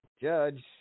Judge